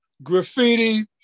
graffiti